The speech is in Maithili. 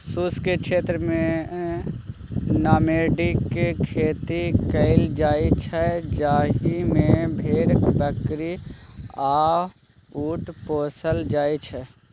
शुष्क क्षेत्रमे नामेडिक खेती कएल जाइत छै जाहि मे भेड़, बकरी आ उँट पोसल जाइ छै